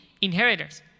inheritors